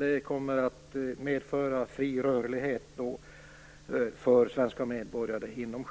Den kommer att medföra fri rörlighet för svenska medborgare inom